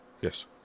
Yes